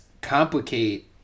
complicate